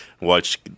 watch